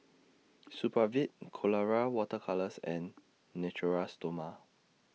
Supravit Colora Water Colours and Natura Stoma